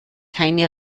keine